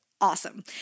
awesome